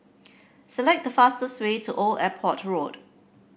select the fastest way to Old Airport Road